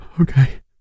Okay